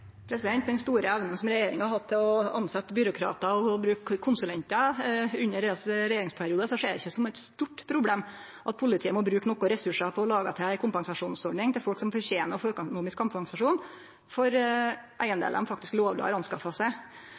den store evna regjeringa har hatt til å tilsetje byråkratar og bruke konsulentar under regjeringsperioden deira, ser eg det ikkje som eit stort problem at politiet må bruke nokre ressursar på å lage ei kompensasjonsordning til folk som fortener å få økonomisk kompensasjon for eigedelar dei faktisk har skaffa seg lovleg.